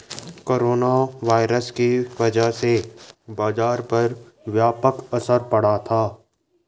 corona virus की वजह से बाजार पर व्यापक असर पड़ा था